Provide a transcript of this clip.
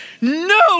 No